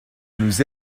nous